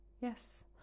Yes